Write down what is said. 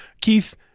Keith